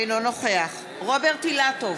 אינו נוכח רוברט אילטוב,